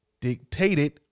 Dictated